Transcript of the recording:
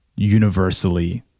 universally